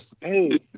hey